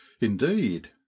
indeed